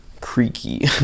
creaky